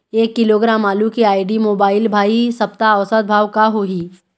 एक किलोग्राम आलू के आईडी, मोबाइल, भाई सप्ता औसत भाव का होही?